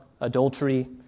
adultery